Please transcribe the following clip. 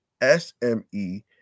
SME